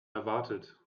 erwartet